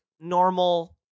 normal